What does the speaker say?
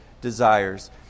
desires